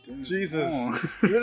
Jesus